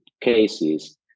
cases